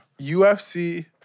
UFC